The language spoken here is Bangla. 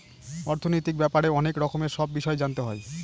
অর্থনৈতিক ব্যাপারে অনেক রকমের সব বিষয় জানতে হয়